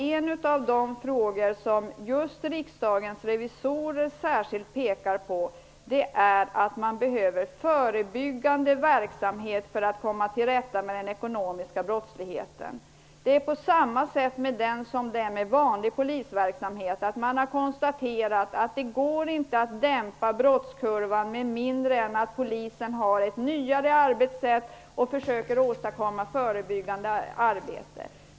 En av de frågor som just Riksdagens revisorer särskilt pekar på är att man behöver bedriva en förebyggande verksamhet för att komma till rätta med den ekonomiska brottsligheten. Det är på samma sätt med den brottsligheten som med annan brottslighet. Det går inte att dämpa brottskurvan med mindre polisen har ett nyare arbetssätt och bedriver ett förebyggande arbete.